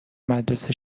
مدرسه